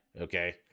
Okay